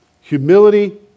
humility